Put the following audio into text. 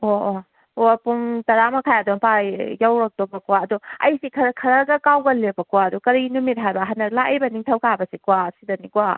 ꯑꯣ ꯑꯣ ꯑꯣ ꯄꯨꯡ ꯇꯔꯥꯃꯈꯥꯏ ꯑꯗꯨꯋꯥꯏ ꯃꯄꯥ ꯌꯧꯔꯛꯇꯧꯕꯀꯣ ꯑꯗꯣ ꯑꯩꯁꯦ ꯈꯔ ꯈꯔꯒ ꯀꯥꯎꯒꯜꯂꯦꯕꯀꯣ ꯑꯗꯨ ꯀꯔꯤ ꯅꯨꯃꯤꯠ ꯍꯥꯏꯕ ꯍꯟꯗꯛ ꯂꯥꯛꯏꯕ ꯅꯤꯡꯊꯧꯀꯥꯕꯁꯦꯀꯣ ꯁꯤꯗꯅꯤꯀꯣ